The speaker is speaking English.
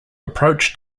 approach